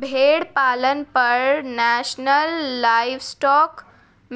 भेड़ पालन पर नेशनल लाइवस्टोक